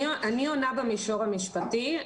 אני עונה במישור המשפטי,